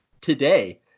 today